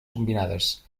combinades